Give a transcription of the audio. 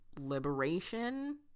liberation